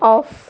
off